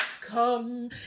come